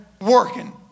working